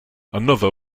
another